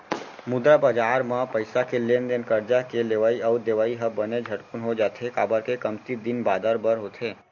मुद्रा बजार म पइसा के लेन देन करजा के लेवई अउ देवई ह बने झटकून हो जाथे, काबर के कमती दिन बादर बर होथे